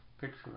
picture